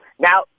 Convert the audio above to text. Now